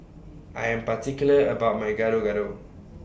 I Am particular about My Gado Gado